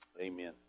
amen